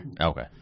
Okay